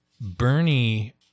Bernie